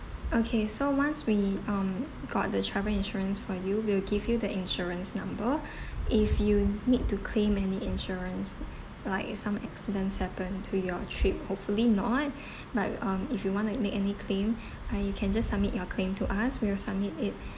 okay so once we um got the travel insurance for you we'll give you the insurance number if you need to claim any insurance like some accidents happen to your trip hopefully not but um if you want to make any claim uh you can just submit your claim to us we'll submit it